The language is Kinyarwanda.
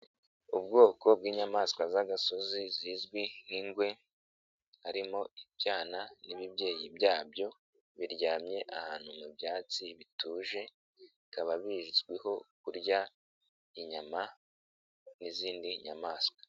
Ubwoko bw'inyamaswa z'agasozi zizwi nk'ingwe, harimo ibyana n'ibibyeyi byabyo biryamye ahantu mu byatsi bituje, bikaba bizwiho kurya inyama n'izindi nyamaswa.